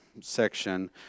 section